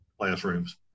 classrooms